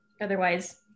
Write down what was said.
otherwise